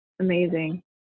Amazing